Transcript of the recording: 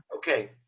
Okay